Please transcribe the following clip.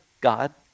God